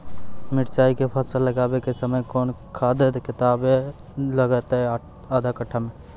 मिरचाय के फसल लगाबै के समय कौन खाद केतना लागतै आधा कट्ठा मे?